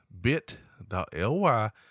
bit.ly